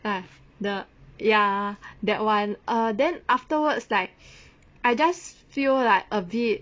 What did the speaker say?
ya the ya that one ah then afterwards like I just feel like a bit